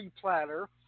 platter